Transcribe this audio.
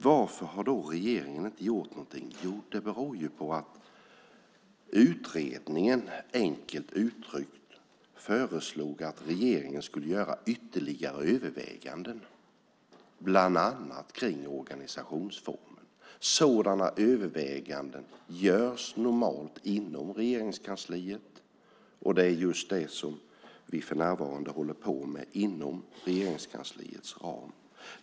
Varför har då regeringen inte gjort någonting? Jo, det beror på att utredningen, enkelt uttryckt, föreslog att regeringen skulle göra ytterligare överväganden, bland annat av organisationsformen. Sådana överväganden görs normalt inom Regeringskansliet, och det håller vi på med för närvarande.